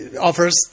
offers